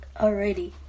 Alrighty